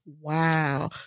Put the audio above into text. Wow